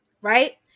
Right